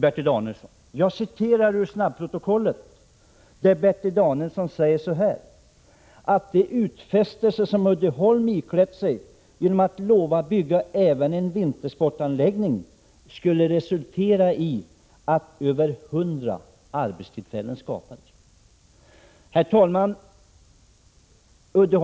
Jag skall citera ur snabbprotokollet vad Bertil Danielsson har sagt: ”De utfästelser som Uddeholm iklätt sig genom att lova att bygga även en vintersportanläggning skulle resultera i att över 100 arbetstillfällen skapades.” Herr talman!